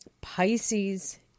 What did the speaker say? Pisces